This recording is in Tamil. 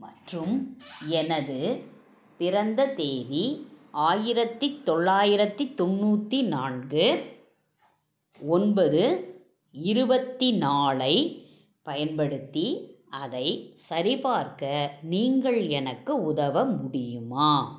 மற்றும் எனது பிறந்த தேதி ஆயிரத்தி தொள்ளாயிரத்தி தொண்ணூற்றி நான்கு ஒன்பது இருபத்தி நாலு ஐப் பயன்படுத்தி அதை சரிபார்க்க நீங்கள் எனக்கு உதவ முடியுமா